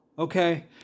okay